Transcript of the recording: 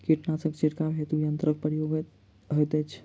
कीटनासक छिड़काव हेतु केँ यंत्रक प्रयोग होइत अछि?